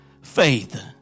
faith